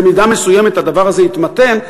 ובמידה מסוימת הדבר הזה התמתן,